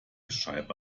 scheibe